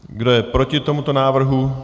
Kdo je proti tomuto návrhu?